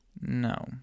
No